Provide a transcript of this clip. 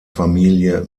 familie